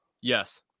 Yes